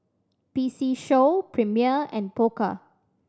P C Show Premier and Pokka